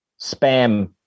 Spam